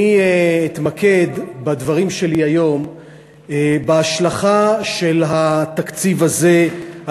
אתמקד בדברים שלי היום בהשלכה של התקציב הזה על